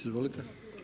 Izvolite.